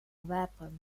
weapon